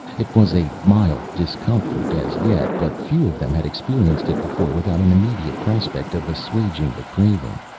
it was a mild discomfort as yet, but few of them had experienced it before without an immediate prospect of assuaging the craving,